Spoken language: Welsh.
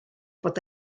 bod